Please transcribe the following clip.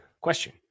question